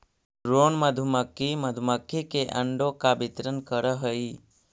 drone मधुमक्खी मधुमक्खी के अंडों का वितरण करअ हई